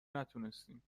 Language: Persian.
نتونستیم